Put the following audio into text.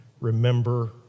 remember